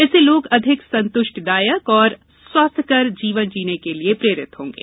इससे लोग अधिक संतुष्टिदायक और स्वास्थ्यकर जीवन जीने के लिए प्रेरित होंगे